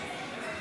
נגד חמד עמאר, בעד